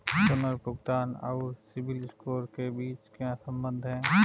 पुनर्भुगतान और सिबिल स्कोर के बीच क्या संबंध है?